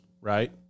right